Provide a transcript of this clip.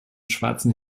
schwarzen